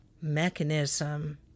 mechanism